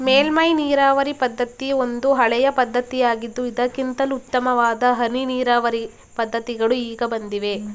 ಮೇಲ್ಮೈ ನೀರಾವರಿ ಪದ್ಧತಿ ಒಂದು ಹಳೆಯ ಪದ್ಧತಿಯಾಗಿದ್ದು ಇದಕ್ಕಿಂತಲೂ ಉತ್ತಮವಾದ ಹನಿ ನೀರಾವರಿ ಪದ್ಧತಿಗಳು ಈಗ ಬಂದಿವೆ